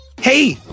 hey